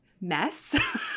mess